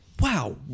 wow